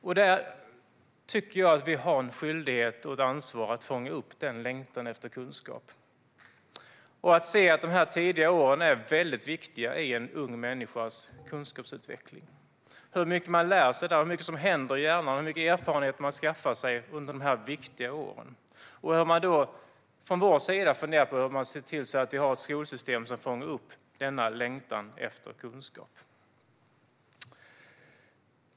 Jag tycker att vi har en skyldighet och ett ansvar att fånga upp denna längtan efter kunskap. Vi måste se att dessa tidiga år är viktiga i en ung människas kunskapsutveckling. Vi måste se hur mycket man lär sig då, hur mycket som händer i hjärnan och hur mycket erfarenhet man skaffar sig under de här viktiga åren. Från vår sida ska vi då fundera på hur man ser till att få ett skolsystem som fångar upp denna längtan efter kunskap.